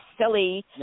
silly